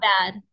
bad